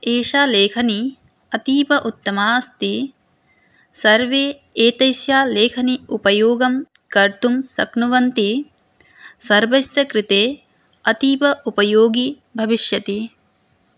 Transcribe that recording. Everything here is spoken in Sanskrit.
एषा लेखनी अतीव उत्तमा अस्ति सर्वे एतस्याः लेखनी उपयोगं कर्तुं शक्नुवन्ति सर्वस्य कृते अतीव उपयोगीनी भविष्यति